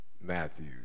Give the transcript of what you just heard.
Matthew